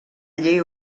llei